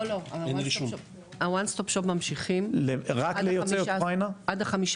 לא, וואן סטופ שופ ממשיכים עד 15.6